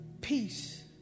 peace